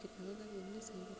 என்ன சொல்கிறது